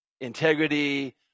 Integrity